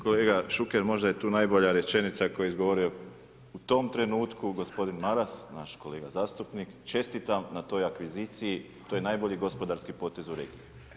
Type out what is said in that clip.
Kolega Šuker, možda je tu najbolja rečenica koju je izgovorio u tom trenutku gospodin Maras, naš kolega zastupnik, čestitam na toj akviziciji to je najbolji gospodarski potez u regiji.